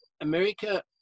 America